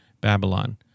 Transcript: Babylon